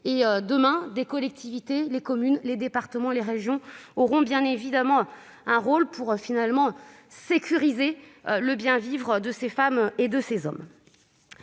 Demain, les collectivités, communes, départements et régions, auront bien évidemment un rôle à jouer pour sécuriser le bien-vivre de ces femmes et de ces hommes.